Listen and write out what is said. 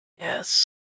Yes